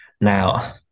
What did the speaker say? Now